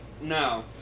no